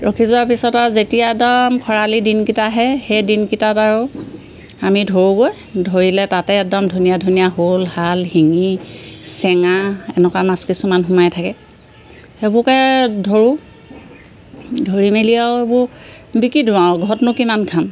ৰখি যোৱাৰ পিছত আৰু যেতিয়া একদম খৰালি দিনকেইটা আহে সেই দিনকেইটাত আৰু আমি ধৰোঁগৈ ধৰিলে তাতে একদম ধুনীয়া ধুনীয়া শ'ল শাল শিঙি চেঙা এনেকুৱা মাছ কিছুমান সোমাই থাকে সেইবোৰকে ধৰোঁ ধৰি মেলি আৰু এইবোৰ বিকি দিওঁ আৰু ঘৰতনো কিমান খাম